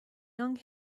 young